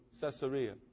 Caesarea